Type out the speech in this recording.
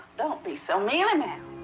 don't be so mealy-mouthed.